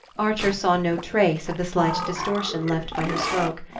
archer saw no trace of the slight distortion left by her stroke.